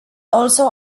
also